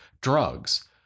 drugs